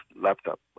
laptop